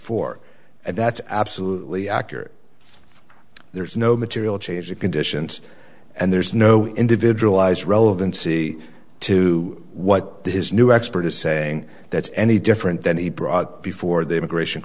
four and that's absolutely accurate there's no material change of conditions and there's no individualized relevancy to what his new expert is saying that's any different than he brought before the immigration